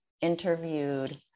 interviewed